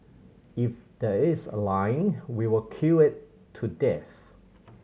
if there's a line we will queue it to death